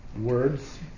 words